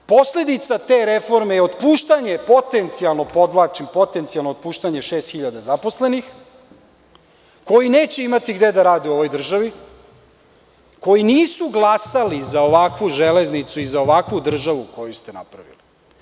Posledica te reforme je otpuštanje, potencijalno podvlačim, potencijalno otpuštanje šest hiljada zaposlenih koji neće imati gde da rade u ovoj državi, koji nisu glasali za ovakvu „Železnicu“ i za ovakvu državu koju ste napravili.